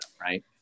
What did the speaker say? right